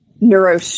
neuro